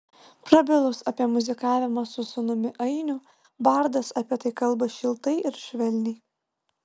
prabilus apie muzikavimą su sūnumi ainiu bardas apie tai kalba šiltai ir švelniai